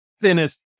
thinnest